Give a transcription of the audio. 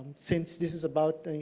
since this is about